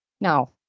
Now